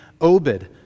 Obed